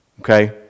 okay